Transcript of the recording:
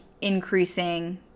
increasing